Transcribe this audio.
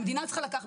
המדינה צריכה לקחת.